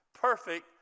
perfect